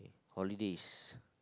holidays